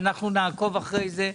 אבל אנחנו נעקוב אחרי זה.